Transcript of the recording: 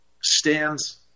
stands